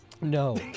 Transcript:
no